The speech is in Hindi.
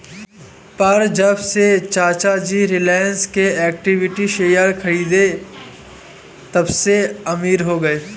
पर जब से चाचा जी ने रिलायंस के इक्विटी शेयर खरीदें तबसे अमीर हो गए